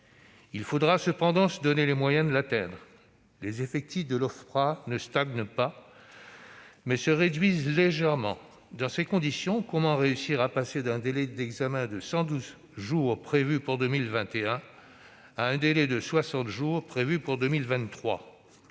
Il faudra cependant se donner les moyens de l'atteindre. Les effectifs de l'Ofpra ne stagnent pas, mais se réduisent légèrement. Dans ces conditions, comment réussir à passer d'un délai d'examen de 112 jours, prévu pour 2021, à un délai de 60 jours en 2023 ?